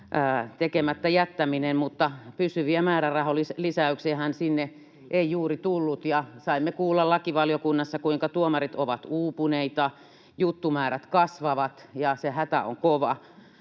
tekemättä jättämistä, mutta pysyviä määrärahalisäyksiähän sinne ei juuri tullut. Saimme kuulla lakivaliokunnassa, kuinka tuomarit ovat uupuneita, juttumäärät kasvavat ja se hätä on kova.